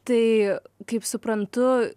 tai kaip suprantu